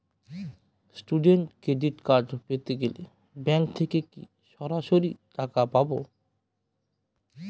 Student credit card পেতে গেলে bank থেকে কি সরাসরি টাকা পাবো?